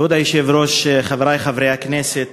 כבוד היושב-ראש, חברי חברי הכנסת,